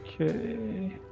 Okay